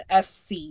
SC